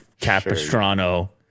Capistrano